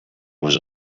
was